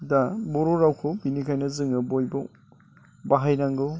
दा बर' रावखौ बिनिखायनो जों बयबो बाहायनांगौ